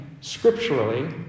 scripturally